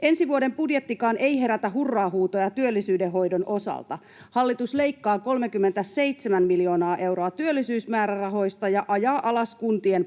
Ensi vuoden budjettikaan ei herätä hurraahuutoja työllisyydenhoidon osalta. Hallitus leikkaa 37 miljoonaa euroa työllisyysmäärärahoista ja ajaa alas kuntien